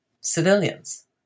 civilians